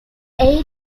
area